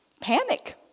panic